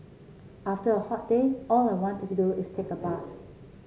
after a hot day all I wanted to do is take a bath